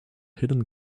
hidden